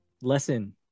lesson